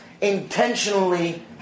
intentionally